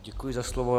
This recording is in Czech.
Děkuji za slovo.